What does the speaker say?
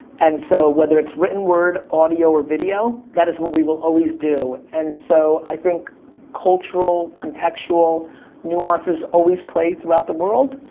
and so whether it's written word, audio, or video, that is what we will always do. and so i think cultural, contextual nuances always play throughout the world,